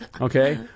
Okay